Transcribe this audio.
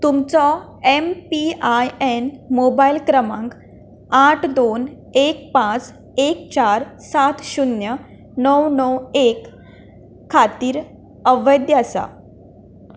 तुमचो M P I N mobile क्रमांक आठ दोन एक पांच एक चार सात शून्य णव णव एक खातीर अवैध आसा